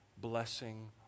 blessing